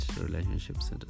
relationships